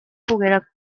poguera